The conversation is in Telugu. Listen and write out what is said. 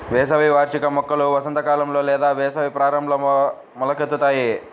వేసవి వార్షిక మొక్కలు వసంతకాలంలో లేదా వేసవి ప్రారంభంలో మొలకెత్తుతాయి